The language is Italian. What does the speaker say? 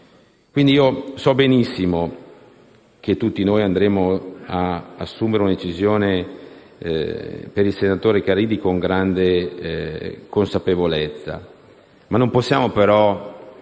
Io so benissimo che tutti noi assumeremo una decisione per il senatore Caridi con grande consapevolezza, ma non possiamo lavarci